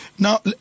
Now